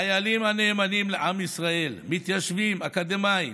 חיילים הנאמנים לעם ישראל, מתיישבים, אקדמאים,